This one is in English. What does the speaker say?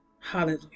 Hallelujah